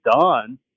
done